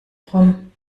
rum